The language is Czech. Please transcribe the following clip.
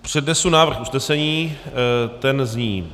Přednesu návrh usnesení, ten zní...